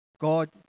God